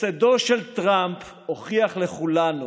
הפסדו של טראמפ הוכיח לכולנו